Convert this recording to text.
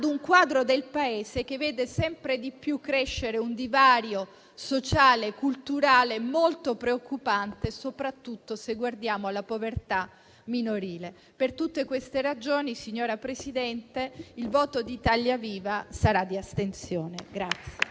un quadro del Paese che vede sempre di più crescere un divario sociale e culturale molto preoccupante, soprattutto se guardiamo alla povertà minorile. Per tutte queste ragioni, signora Presidente, il voto di Italia Viva sarà di astensione.